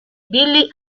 billy